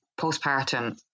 postpartum